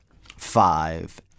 five